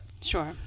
sure